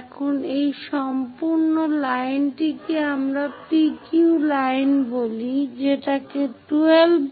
এখন এই সম্পূর্ণ লাইনটিকে আমরা PQ লাইন বলি যেটাকে 12